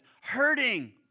Hurting